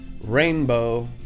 rainbow